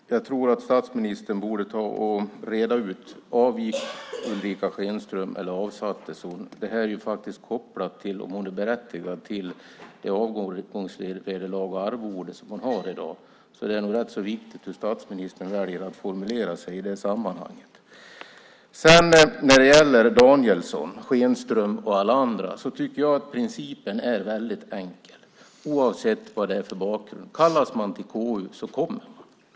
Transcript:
Fru talman! Jag tror att statsministern borde ta och reda ut det här - avgick Ulrica Schenström eller avsattes hon? Det är faktiskt kopplat till huruvida hon är berättigad till det avgångsvederlag och arvode som hon har i dag. Det är rätt så viktigt hur statsministern väljer att formulera sig i sammanhanget. När det gäller Danielsson, Schenström och alla andra tycker jag att principen är enkel oavsett bakgrunden: Kallas man till KU så kommer man.